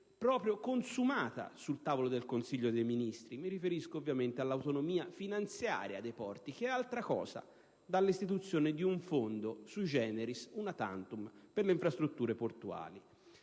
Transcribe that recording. proprio consumata sul tavolo del Consiglio dei ministri (mi riferisco all'autonomia finanziaria dei porti, che è altra cosa rispetto all'istituzione di un Fondo*sui generis,* di un'*una tantum* per le infrastrutture portuali),